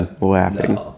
laughing